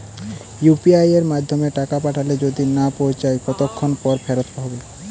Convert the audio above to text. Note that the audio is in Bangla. ইউ.পি.আই য়ের মাধ্যমে টাকা পাঠালে যদি না পৌছায় কতক্ষন পর ফেরত হবে?